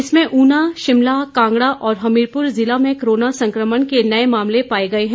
इसमें उना शिमला कांगड़ा और हमीरपुर जिला में कोरोना संक्रमण के नए मामले पाये गए है